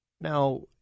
Now